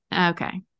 Okay